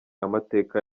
amateka